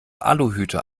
aluhüte